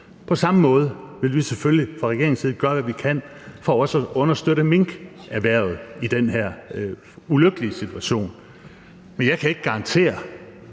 På samme måde vil vi selvfølgelig fra regeringens side gøre, hvad vi kan, for også at understøtte minkerhvervet i den her ulykkelige situation. Men jeg kan ikke garantere